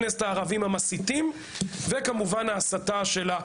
חברי הכנסת הערבים המסיתים, וכמובן ההסתה של השבב.